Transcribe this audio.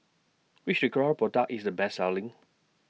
Which Ricola Product IS The Best Selling